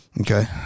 Okay